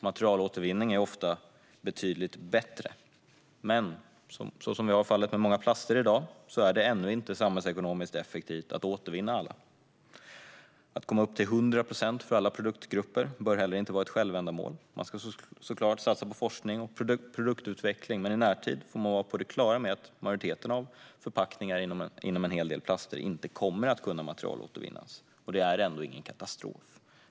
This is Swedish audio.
Materialåtervinning är ofta betydligt bättre, men så som fallet är med många plaster i dag är det ännu inte samhällsekonomiskt effektivt att återvinna alla. Att komma upp till 100 procent för alla produktgrupper bör heller inte vara ett självändamål. Man ska såklart satsa på forskning och produktutveckling, men i närtid får man vara på det klara med att majoriteten av förpackningar av en hel del plaster inte kommer att kunna materialåtervinnas. Det är ändå ingen katastrof.